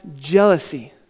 jealousy